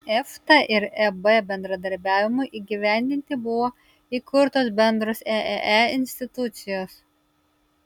efta ir eb bendradarbiavimui įgyvendinti buvo įkurtos bendros eee institucijos